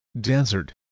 desert